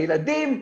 הילדים,